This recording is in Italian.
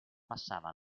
passava